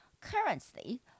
Currently